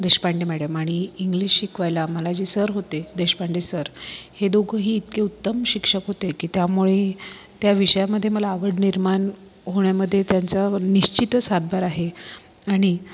Deshpande madam आणि English शिकवायला आम्हाला जे सर होते देशपांडे सर हे दोघंही इतके उत्तम शिक्षक होते की त्यामुळे त्या विषयांमध्ये मला आवड निर्माण होण्यामधे त्यांचा निश्चितच हातभार आहे आणि